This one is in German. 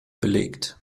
belegt